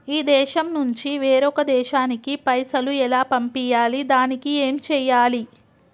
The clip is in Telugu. ఈ దేశం నుంచి వేరొక దేశానికి పైసలు ఎలా పంపియ్యాలి? దానికి ఏం చేయాలి?